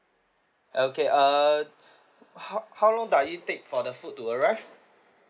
okay err how how long doe~ it take for the food to arrive